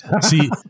See